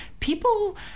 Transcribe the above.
people